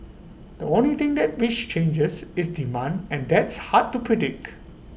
the only thing which changes is demand and that's hard to predict